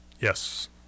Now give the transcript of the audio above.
Yes